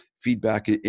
feedback